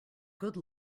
good